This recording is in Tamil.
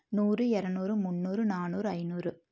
நூறு இரநூறு முன்னூறு நானூறு ஐநூறு